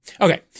Okay